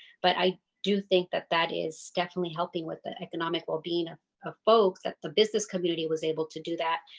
but i do think that that is definitely helping with the economic well-being ah of folks at the business community was able to do that.